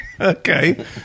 Okay